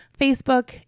Facebook